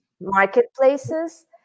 marketplaces